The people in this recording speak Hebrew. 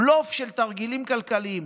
זה בלוף של תרגילים כלכליים,